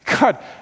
God